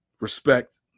respect